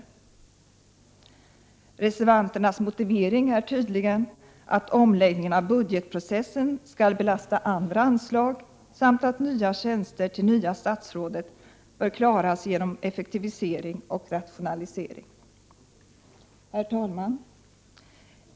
Enligt reservanternas motivering skall tydligen omläggningen av budgetprocessen belasta andra anslag, och de nya tjänsterna till det nya statsrådet bör klaras genom effektivisering och rationalisering. Herr talman!